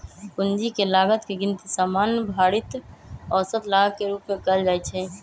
पूंजी के लागत के गिनती सामान्य भारित औसत लागत के रूप में कयल जाइ छइ